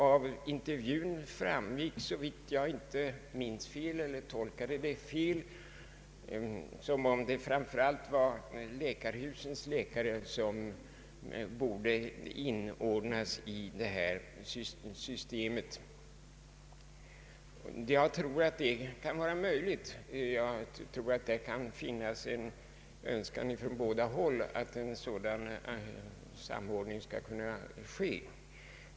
Av intervjun framgick, om jag inte minns fel eller tolkade den fel, att framför allt läkarhusens läkare borde inordnas i systemet, och det tror jag är möjligt att göra. Det kan finnas en önskan från båda håll om en sådan samordning.